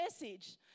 message